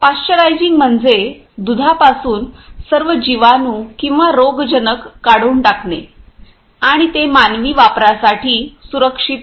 pasteurising म्हणजे दुधापासून सर्व जीवाणू किंवा रोगजनक काढून टाकणे आणि ते मानवी वापरासाठी सुरक्षित करणे